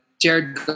Jared